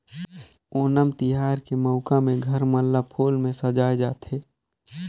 ओनम तिहार के मउका में घर मन ल फूल में सजाए जाथे